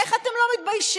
איך אתם לא מתביישים?